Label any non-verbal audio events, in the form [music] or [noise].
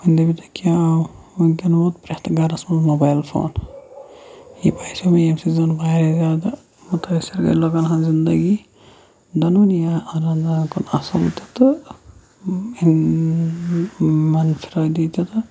وۄنۍ دٔپِو تُہۍ کیاہ آو وٕنکیٚن ووت پرٛٮ۪تھ گَرَس مَنٛز موبایِل فون یہِ باسیٚو مےٚ ییمہِ سۭتۍ زَن واریاہ زیادٕ مُتٲثِر گٔے لُکَن ہِنٛز زِندَگی دۄنوٕنی [unintelligible] اَصل تِتہٕ مَنفرٲدی تہِ